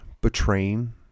betraying